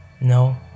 no